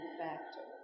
factor